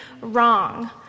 wrong